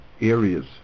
areas